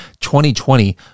2020